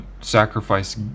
sacrifice